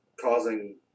causing